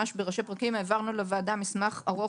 העברנו לוועדה מסמך ארוך,